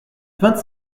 vingt